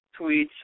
tweets